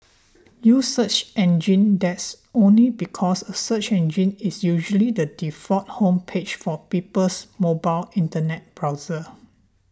use search engines that's only because a search engine is usually the default home page for people's mobile internet browser